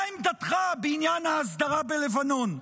מה עמדתך בעניין ההסדרה בלבנון?